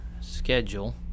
schedule